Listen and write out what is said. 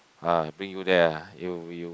ah bring you there ah you you